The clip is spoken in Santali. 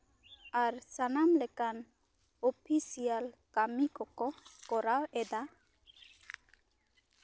ᱟᱨ ᱥᱟᱱᱟᱢ ᱞᱮᱠᱟᱱ ᱚᱯᱷᱤᱥᱤᱭᱟᱞ ᱠᱟ ᱢᱤ ᱠᱚᱠᱚ ᱠᱚᱨᱟᱣ ᱮᱫᱟ